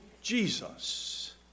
Jesus